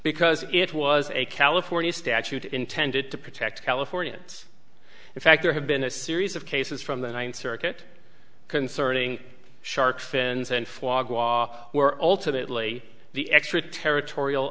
because it was a california statute intended to protect californians in fact there have been a series of cases from the ninth circuit concerning shark fins and fog wall were alternately the extraterritorial